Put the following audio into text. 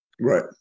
Right